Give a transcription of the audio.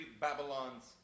Babylon's